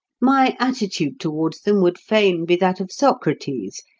my attitude towards them would fain be that of socrates,